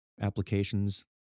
applications